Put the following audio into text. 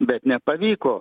bet nepavyko